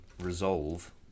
resolve